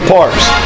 Parks